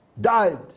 died